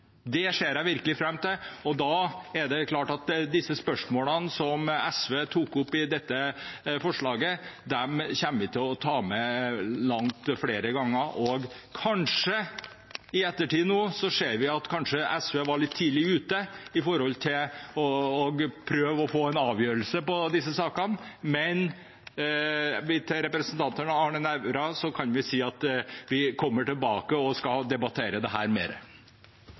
Det ser jeg virkelig fram til. Og det er klart at disse spørsmålene som SV tok opp i dette forslaget, kommer vi til å ta med langt flere ganger, og nå i ettertid ser vi at SV kanskje var litt tidlig ute med å prøve å få en avgjørelse på disse sakene. Men til representanten Arne Nævra kan vi si at vi kommer tilbake, og skal debattere